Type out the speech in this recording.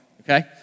okay